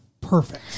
perfect